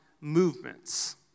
movements